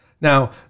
Now